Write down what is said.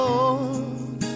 Lord